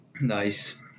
Nice